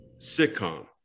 sitcom